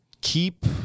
Keep